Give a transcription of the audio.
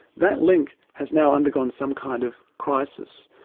that link has now undergone some kind of crisis,